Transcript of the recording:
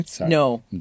No